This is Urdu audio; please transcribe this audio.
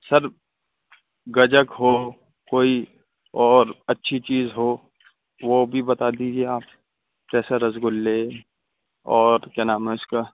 سر گجک ہو کوئی اور اچھی چیز ہو وہ بھی بتا دیجیے آپ جیسے رس گلے اور کیا نام ہے اس کا